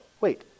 wait